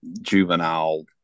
juvenile